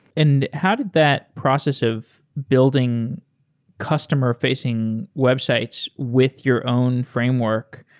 and how did that process of building customer-facing websites with your own framework,